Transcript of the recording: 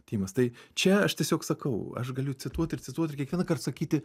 tymas tai čia aš tiesiog sakau aš galiu cituot ir cituot ir kiekvienąkart sakyti